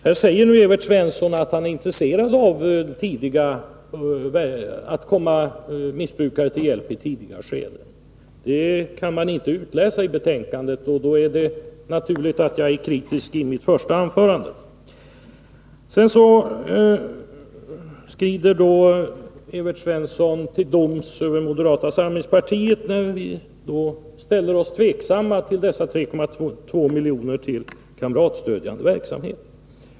Här säger Evert Svensson att han är intresserad av att komma missbrukarna till hjälp i tidiga skeden. Det kan man inte utläsa av betänkandet, och då är det naturligt att jag var kritisk i mitt första anförande. Sedan skrider Evert Svensson till doms över moderata samlingspartiet när vi ställer oss tveksamma till dessa 3,2 milj.kr. till kamratstödjande verksamhet.